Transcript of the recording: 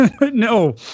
no